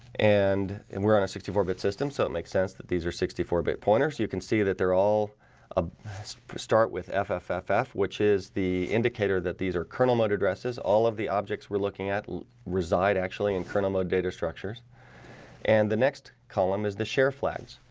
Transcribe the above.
and and we're on a sixty four bit system. so it makes sense that these are sixty four bit pointers. you can see that they're all a start with f f f f which is the indicator that these are kernel-mode addresses all of the objects we're looking at reside actually in kernel mode data structures and the next column is the share flags.